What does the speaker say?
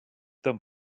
them